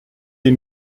des